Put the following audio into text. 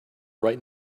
right